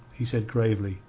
he said gravely,